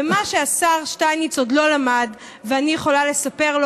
ומה שהשר שטייניץ עוד לא למד ואני יכולה לספר לו,